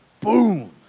boom